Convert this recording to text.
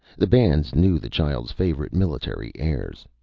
the bands knew the child's favorite military airs.